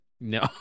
No